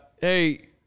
Hey